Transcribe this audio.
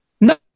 No